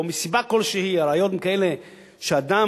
או מסיבה כלשהי הראיות הן כאלה שאדם,